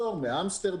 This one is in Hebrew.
נציגו: